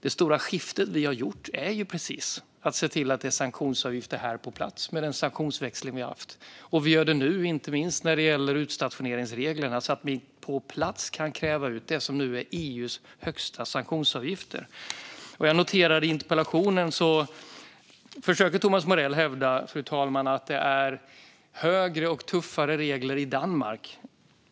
Det stora skifte vi gjort med den sanktionsväxling vi haft är att se till att det blir sanktionsavgifter här på plats. Vi gör det inte minst när det gäller utstationeringsreglerna så att vi på plats kan kräva ut det som nu är EU:s högsta sanktionsavgifter. Jag noterar att i interpellationen försöker Thomas Morell hävda att det är högre avgifter och tuffare regler i Danmark.